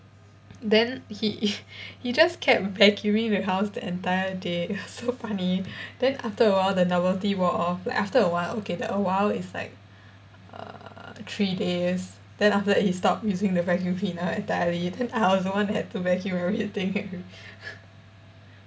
then he he just kept vacuuming the house the entire day it was so funny then after a while the novelty wore off like after a while okay the a while is like err three days then after that he stop using the vacuum cleaner entirely then I was the one that had to vacuum everything